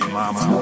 mama